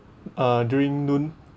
uh during noon